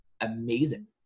amazing